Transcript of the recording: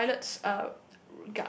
the toilets uh